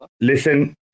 Listen